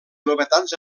novetats